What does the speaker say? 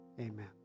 Amen